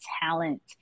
talent